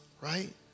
right